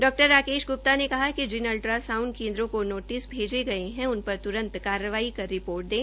डॉ राकेश गुप्ता ने कहा कि जिन अल्ट्रा सांउड केन्द्रों को नोटिस भेजे गये है उनपर त्रंत कार्रवाई कर रिपोर्ट दें